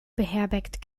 beherbergt